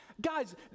Guys